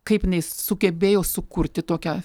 kaip jinai sugebėjo sukurti tokią